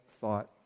thought